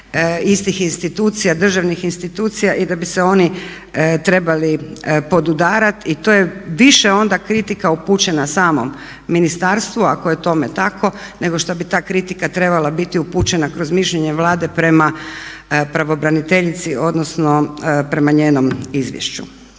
istih institucija, državni institucija i da bi se oni trebali podudarat. I to je onda više kritika upućena samom ministarstvu, ako je tome tako nego što bi ta kritika trebala biti upućena kroz mišljenje Vlade prema pravobraniteljici odnosno prema njenom izvješću.